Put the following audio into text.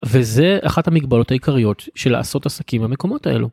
וזה אחת המגבלות העיקריות של לעשות עסקים במקומות האלו.